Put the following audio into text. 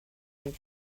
move